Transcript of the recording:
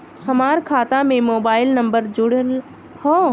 हमार खाता में मोबाइल नम्बर जुड़ल हो?